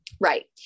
right